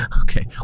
Okay